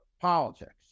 politics